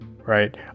right